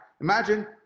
Imagine